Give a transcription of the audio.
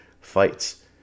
fights